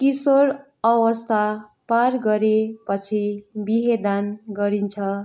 किशोर अवस्था पार गरेपछि बिहेदान गरिन्छ